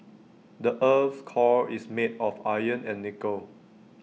the Earth's core is made of iron and nickel